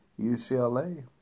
UCLA